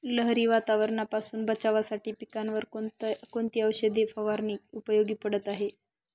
लहरी वातावरणापासून बचावासाठी पिकांवर कोणती औषध फवारणी उपयोगी पडत आहे?